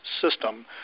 System